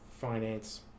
finance